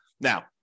Now